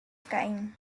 caín